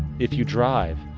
if you drive,